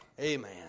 Amen